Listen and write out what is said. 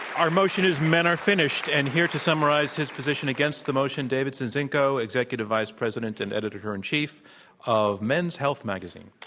our motion is men are finished. and here to summarize his position against the motion, david zinczenko, executive vice president and editor in chief of men's health magazine.